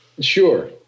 Sure